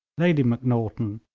lady macnaghten,